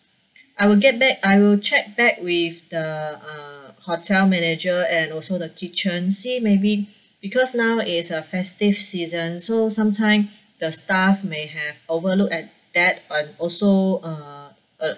I will get back I will check back with the uh hotel manager and also the kitchen see maybe because now is a festive season so sometime the staff may have overlooked at that and also uh a